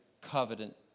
Covenant